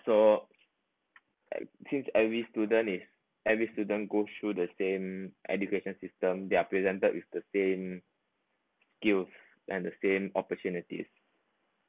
so since every student is every student go through the same education system they are presented with the same skill and the same opportunities